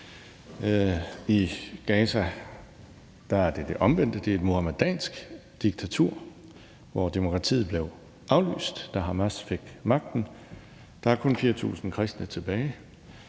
I Gaza er det det omvendte. Det er et muhamedansk diktatur, hvor demokratiet blev aflyst, da Hamas fik magten. Der er kun 4.000 kristne tilbage,